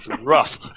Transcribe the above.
Rough